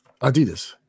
Adidas